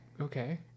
Okay